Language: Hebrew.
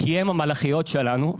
כי הן המלאכיות שלנו,